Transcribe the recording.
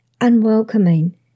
unwelcoming